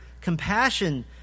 compassion